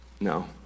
no